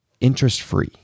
interest-free